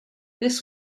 this